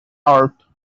art